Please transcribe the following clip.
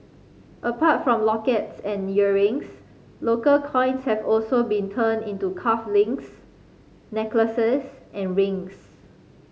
apart from lockets and earrings local coins have also been turned into cuff links necklaces and rings